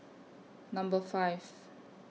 Number five